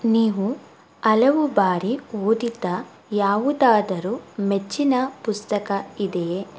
ನೀವು ಹಲವು ಬಾರಿ ಓದಿದ್ದ ಯಾವುದಾದರೂ ಮೆಚ್ಚಿನ ಪುಸ್ತಕ ಇದೆಯೇ